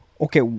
Okay